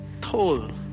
toll